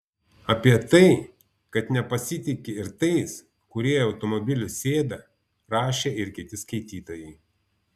apie tai kad nepasitiki ir tais kurie į automobilius sėda rašė ir kiti skaitytojai